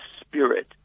spirit